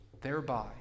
Thereby